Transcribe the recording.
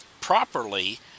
properly